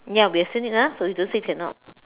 ya we have seen it ah so you don't say cannot